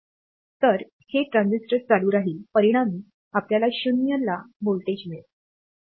तर हे ट्रान्झिस्टर चालू राहिल परिणामी आपल्याला 0 ला व्होल्टेज मिळेल